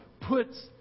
puts